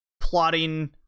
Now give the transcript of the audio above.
plotting